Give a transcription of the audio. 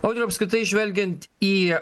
audriau apskritai žvelgiant į